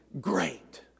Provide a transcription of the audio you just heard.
great